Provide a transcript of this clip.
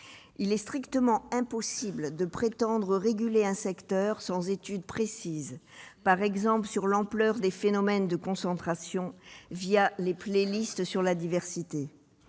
Il est strictement impossible de prétendre réguler un secteur sans s'appuyer sur des études précises, par exemple sur l'ampleur des phénomènes de concentration les et leur incidence sur la diversité.